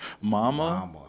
Mama